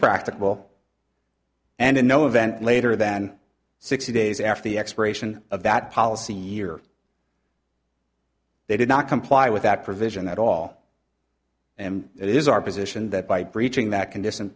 event later than sixty days after the expiration of that policy year they did not comply with that provision at all and it is our position that by breaching that condition